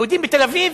יהודים בתל-אביב